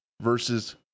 versus